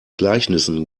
gleichnissen